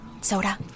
Soda